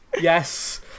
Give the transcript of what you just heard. yes